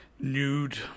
nude